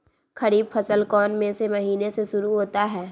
खरीफ फसल कौन में से महीने से शुरू होता है?